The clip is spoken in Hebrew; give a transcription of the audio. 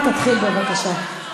תתחיל, בבקשה.